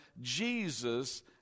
Jesus